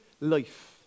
life